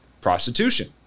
prostitution